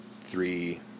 three